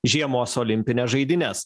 žiemos olimpines žaidynes